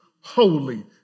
Holy